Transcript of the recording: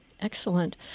Excellent